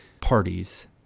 parties